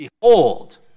behold